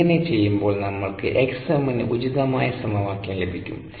ഇങ്ങനെ ചെയ്യുമ്പോൾ നമ്മൾക്ക് Xm ന് ഉചിതമായ സമവാക്യം ലഭിക്കും